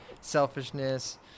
selfishness